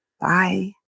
Bye